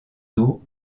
tôt